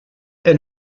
est